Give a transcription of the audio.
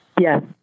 Yes